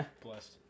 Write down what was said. blessed